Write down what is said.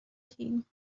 فیلم